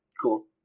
Cool